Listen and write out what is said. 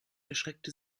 erstreckte